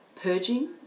purging